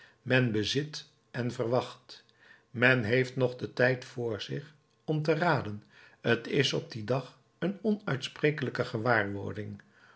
men bezit en verwacht men heeft nog den tijd voor zich om te raden t is op dien dag een onuitsprekelijke gewaarwording